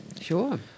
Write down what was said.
Sure